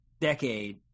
decade